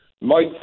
Mike